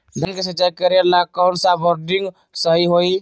धान के सिचाई करे ला कौन सा बोर्डिंग सही होई?